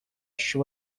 she